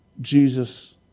Jesus